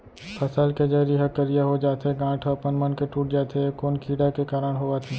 फसल के जरी ह करिया हो जाथे, गांठ ह अपनमन के टूट जाथे ए कोन कीड़ा के कारण होवत हे?